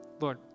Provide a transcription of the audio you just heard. Lord